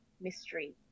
mystery